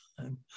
time